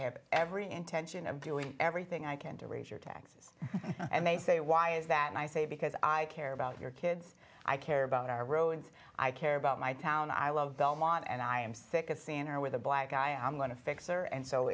have every intention of doing everything i can to raise your taxes and they say why is that i say because i care about your kids i care about our roads i care about my town i love belmont and i am sick of seeing her with a black guy i'm going to fix her and so